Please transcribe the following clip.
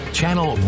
channel